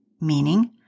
meaning